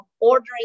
ordering